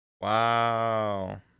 Wow